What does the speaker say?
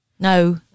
No